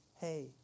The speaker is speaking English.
hey